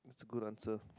it's a good answer